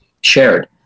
shared